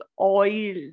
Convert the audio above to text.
oil